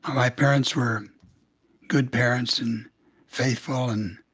my parents were good parents and faithful and